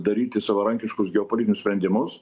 daryti savarankiškus geopolitinius sprendimus